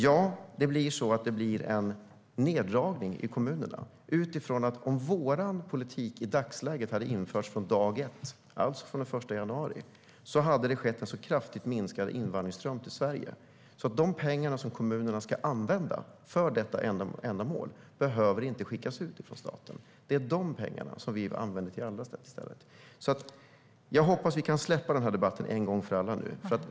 Och det stämmer att det blir en neddragning i kommunerna. Om vår politik i dagsläget hade införts från dag ett, alltså från och med den 1 januari, hade det skett en så kraftigt minskad invandring till Sverige att de pengar som kommunerna ska använda för detta ändamål inte hade behövt skickas ut från staten. Det är dessa pengar som vi använder till andra saker i stället. Jag hoppas därför att vi nu kan släppa denna debatt en gång för alla.